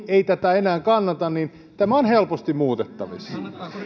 ei tätä enää kannata niin tämä on helposti muutettavissa